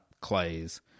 clay's